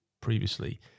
previously